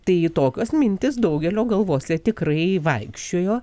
tai į tokios mintys daugelio galvose tikrai vaikščiojo